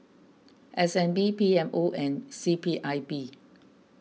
S N B P M O and C P I B